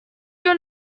your